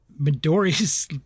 Midori's